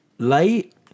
Light